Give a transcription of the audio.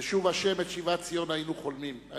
"בשוב ה' את שיבת ציון היינו כחולמים".